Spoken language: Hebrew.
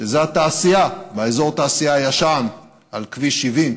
שזה התעשייה באזור התעשייה הישן על כביש 70,